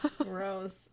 Gross